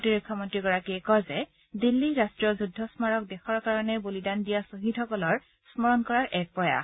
প্ৰতিৰক্ষা মন্ত্ৰীগৰাকীয়ে কয় যে দিল্লীৰ ৰাষ্টীয় যুদ্ধ স্মাৰক দেশৰ কাৰণে বলিদান দিয়া ছহিদসকলক স্মৰণ কৰাৰ এক প্ৰয়াস